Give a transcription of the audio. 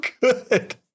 good